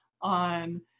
on